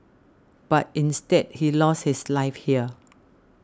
but instead he lost his life here